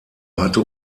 hatte